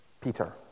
Peter